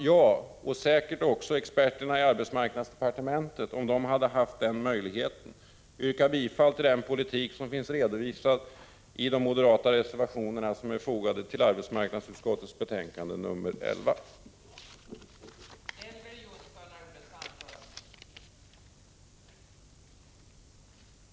Jag — och säkert även experterna i arbetsmarknadsdepartementet, om de hade haft möjlighet — yrkar bifall till de moderata reservationer som är fogade vid arbetsmarknadsutskottets betänkande nr 11 och där vår politik finns redovisad.